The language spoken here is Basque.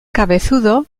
cabezudo